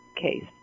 case